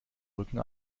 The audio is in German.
rücken